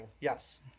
Yes